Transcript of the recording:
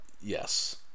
yes